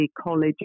college